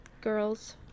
girls